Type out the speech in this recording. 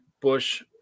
Bush